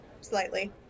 Slightly